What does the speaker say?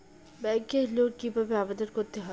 ব্যাংকে লোন কিভাবে আবেদন করতে হয়?